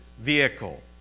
vehicle